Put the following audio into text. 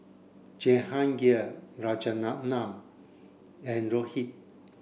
Jehangirr Rajaratnam and Rohit